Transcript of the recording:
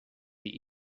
die